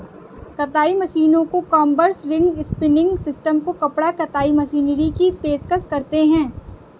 कताई मशीनों को कॉम्बर्स, रिंग स्पिनिंग सिस्टम को कपड़ा कताई मशीनरी की पेशकश करते हैं